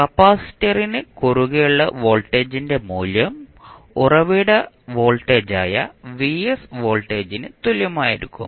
കപ്പാസിറ്ററിന് കുറുകെയുള്ള വോൾട്ടേജിന്റെ മൂല്യം ഉറവിട വോൾട്ടേജായ വോൾട്ടേജിന് തുല്യമായിരിക്കും